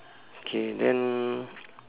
K then